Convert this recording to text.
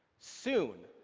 soon,